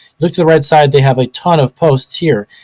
look to the right side. they have a ton of posts here,